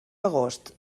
agost